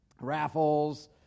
raffles